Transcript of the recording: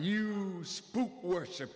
you worship